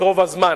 את רוב הזמן,